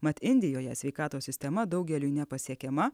mat indijoje sveikatos sistema daugeliui nepasiekiama